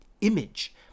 image